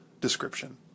description